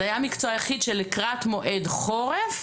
זה היה המקצוע היחיד שלקראת מועד חורף,